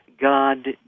God